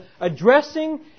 addressing